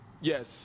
Yes